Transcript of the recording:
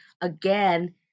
again